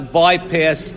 bypass